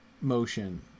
motion